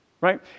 Right